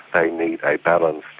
they need a balanced